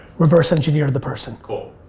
reverse engineer the person. cool,